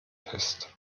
fest